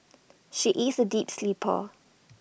she is A deep sleeper